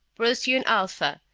procyon alpha.